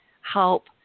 help